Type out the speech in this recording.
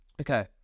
okay